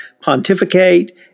pontificate